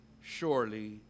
surely